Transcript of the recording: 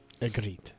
Agreed